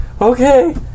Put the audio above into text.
okay